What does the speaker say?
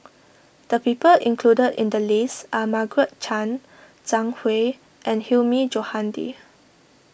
the people included in the list are Margaret Chan Zhang Hui and Hilmi Johandi